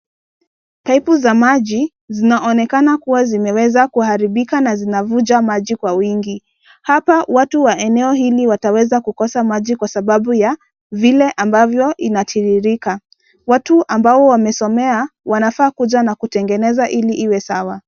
Paipu za maji zinaonekana kuwa zinaweza kuwa zimeharibika na kuvuja maji kwa wingi , hapa watu wa eneo hili wataweza kukosa maji kwa sababu ya vile ambavyo inatirirka. Watu ambao Wamesomea wanafaa kuja na kutengeneza ili iwe sawa.